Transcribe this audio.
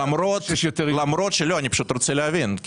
אני רוצה להבין,